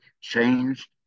changed